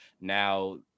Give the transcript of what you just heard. now